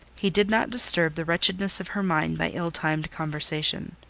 he did not disturb the wretchedness of her mind by ill-timed conversation.